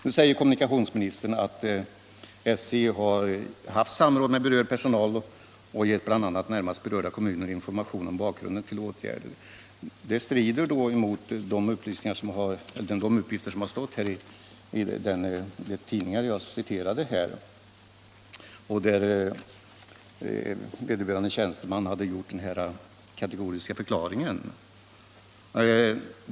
Nu säger kommunikationsministern att SJ har haft samråd med berörd personal och givit bl.a. närmast berörda kommuner information om bak grunden till åtgärderna. Det strider mot de upplysningar som stått att läsa i den tidning jag åberopade och där vederbörande tjänsteman hade gjort en kategorisk förklaring.